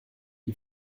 die